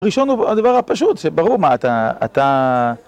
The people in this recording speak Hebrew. הראשון הוא הדבר הפשוט, שברור מה אתה...